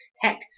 Heck